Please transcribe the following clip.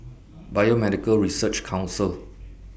Biomedical Research Council